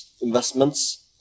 investments